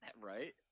right